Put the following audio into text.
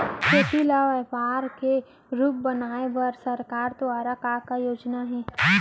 खेती ल व्यापार के रूप बनाये बर सरकार दुवारा का का योजना हे?